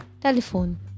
telephone